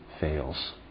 fails